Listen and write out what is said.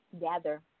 gather